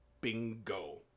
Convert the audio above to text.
Bingo